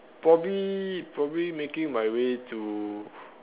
probably probably making my way to